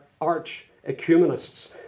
arch-ecumenists